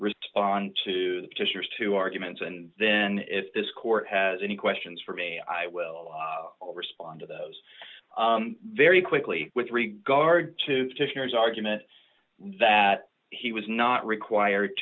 respond to just two arguments and then if this court has any questions for me i will respond to those very quickly with regard to to his argument that he was not required